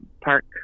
park